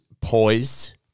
poised